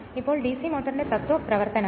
ഇപ്പോൾ ഡിസി മോട്ടറിന്റെ തത്വ പ്രവർത്തനം